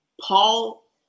Paul